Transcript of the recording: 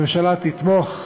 הממשלה תתמוך,